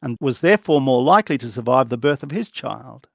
and was therefore more likely to survive the birth of his child.